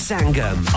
Sangam